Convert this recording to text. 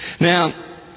Now